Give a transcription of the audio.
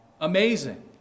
amazing